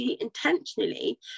intentionally